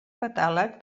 catàleg